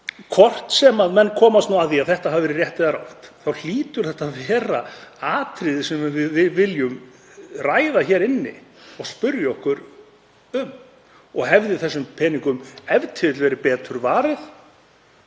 hvort sem menn komast að því að þetta hafi verið rétt eða rangt þá hlýtur þetta að vera atriði sem við viljum ræða hér inni og spyrja okkur um: Hefði þessum peningum e.t.v. verið betur varið